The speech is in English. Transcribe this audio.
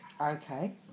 Okay